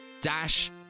dash